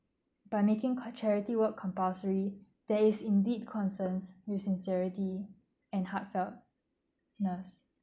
by making co~ charity work compulsory there is indeed concerns with sincerity and heartfeltness